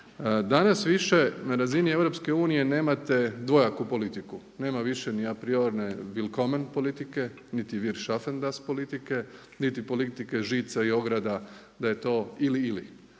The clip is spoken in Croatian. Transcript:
Danas više na razini EU nemate dvojaku politiku. Nema više ni apriorne willkomen politike niti …/ne razumije se./… politike niti politike žica i ograda da je to ili/ili.